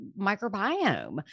microbiome